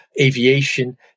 aviation